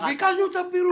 אז ביקשנו את הפירוט.